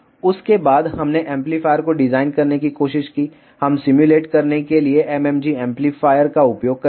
उसके बाद हमने एम्पलीफायर को डिजाइन करने की कोशिश की हम सिमुलेट करने के लिए MMG एम्पलीफायर का उपयोग करते हैं